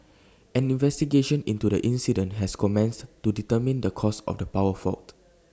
an investigation into the incident has commenced to determine the cause of the power fault